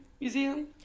Museum